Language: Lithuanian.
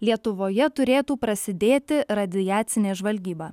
lietuvoje turėtų prasidėti radiacinė žvalgyba